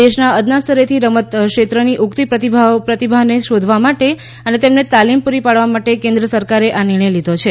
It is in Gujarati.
દેશના અદના સ્તરેથી રમત ક્ષેત્રની ઉગતી પ્રતિભાવોને શોધવા માટે અને તેમને તાલીમ પુરી પાડવા માટે કેન્દ્ર સરકારે આ નિર્ણય લીધો છે